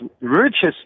richest